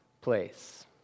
place